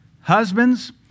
Husbands